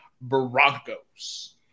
Broncos